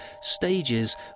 stages